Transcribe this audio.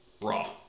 Raw